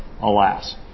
alas